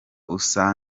usa